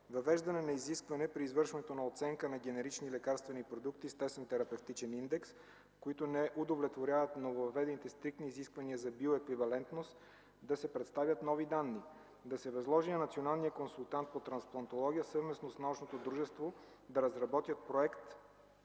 Въвеждане на изискване при извършването на оценка на генерични лекарствени продукти с тесен терапевтичен индекс, които не удовлетворяват нововъведените стриктни изисквания за биоеквивалентност, да се представят нови данни. Да се възложи на националния консултант по трансплантология, съвместно с научните дружества, да разработят Проект